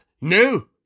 no